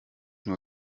nur